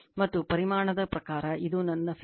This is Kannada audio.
ಮತ್ತು ಪರಿಮಾಣದ ಪ್ರಕಾರ ಇದು ನನ್ನ ಫೇಸ್ ಪ್ರವಾಹವಾಗಿದೆ